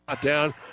down